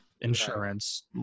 insurance